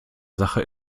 sache